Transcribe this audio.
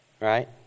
Right